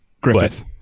Griffith